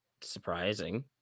surprising